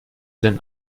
denn